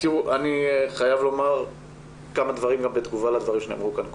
אני חייב לומר כמה דברים בתגובה לדברים שנאמרו כאן קודם.